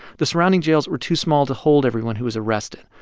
the surrounding jails were too small to hold everyone who was arrested,